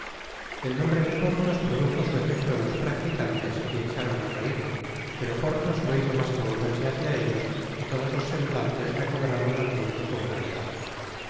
el nombre de porthos produjo su efecto en los practicantes y echaron á reir pero porthos no hizo mas que volverse hácia ellos y todos los semblantes recobraron al punio su gravedad